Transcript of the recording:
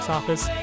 Office